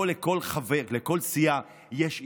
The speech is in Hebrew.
פה לכל סיעה יש אידיאולוגיה,